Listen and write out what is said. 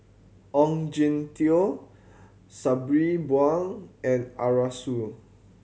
Ong Jin Teong Sabri Buang and Arasu